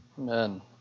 Amen